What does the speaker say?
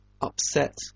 upset